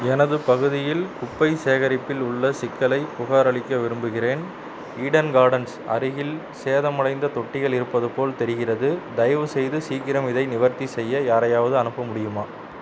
எனது பகுதியில் குப்பை சேகரிப்பில் உள்ள சிக்கலைப் புகாரளிக்க விரும்புகிறேன் ஈடன் கார்டன்ஸ் அருகில் சேதமடைந்த தொட்டிகள் இருப்பது போல் தெரிகிறது தயவுசெய்து சீக்கிரம் இதை நிவர்த்தி செய்ய யாரையாவது அனுப்ப முடியுமா